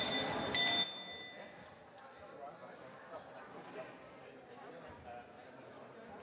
Tak